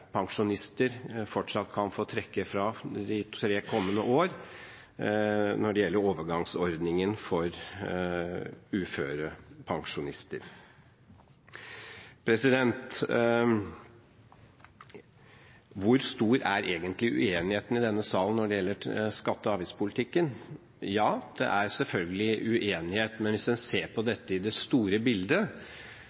uførepensjonister fortsatt kan få trekke fra de tre kommende år, når det gjelder overgangsordningen for uførepensjonister. Hvor stor er egentlig uenigheten i denne sal når det gjelder skatte- og avgiftspolitikken? Det er selvfølgelig uenighet, men hvis man ser på